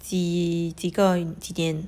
几几个几年